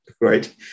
right